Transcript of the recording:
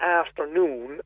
afternoon